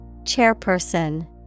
Chairperson